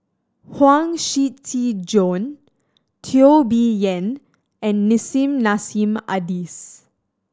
Huang Shiqi Joan Teo Bee Yen and Nissim Nassim Adis